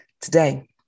Today